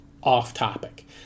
off-topic